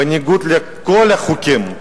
בניגוד לכל החוקים,